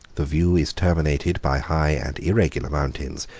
the view is terminated by high and irregular mountains,